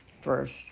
first